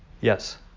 Yes